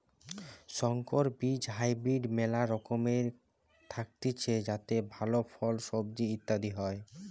সংকর বীজ হাইব্রিড মেলা রকমের থাকতিছে যাতে ভালো ফল, সবজি ইত্যাদি হয়